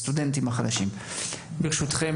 הסטודנטים העולים, תודה רבה, הישיבה נעולה.